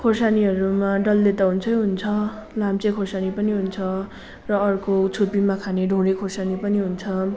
खोर्सानीहरूमा डल्ले त हुन्छै हुन्छ लाम्चे खोर्सानी पनि हुन्छ र अर्को छुर्पीमा खाने ढोँडे खोर्सानी पनि हुन्छ